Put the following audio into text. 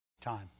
time